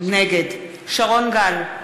נגד שרון גל,